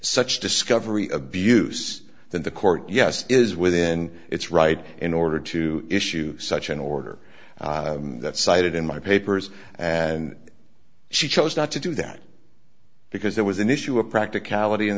such discovery abuse then the court yes is within its right in order to issue such an order that cited in my papers and she chose not to do that because there was an issue of practicality and